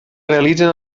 realitzen